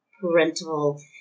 parental